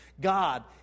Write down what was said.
God